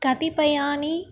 कतिपयानि